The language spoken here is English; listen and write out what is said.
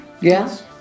Yes